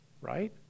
right